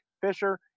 Fisher